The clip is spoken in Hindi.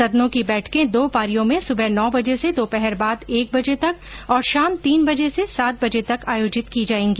सदनों की बैठके दो पारियों में सुबह नौ बजे से दोपहर बाद एक बजे तक और शाम तीन बजे से सात बजे तक आयोजित की जाएगी